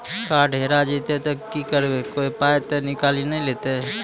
Card हेरा जइतै तऽ की करवै, कोय पाय तऽ निकालि नै लेतै?